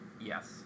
Yes